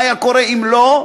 מה היה קורה אם לא.